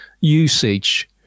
usage